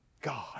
God